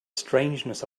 strangeness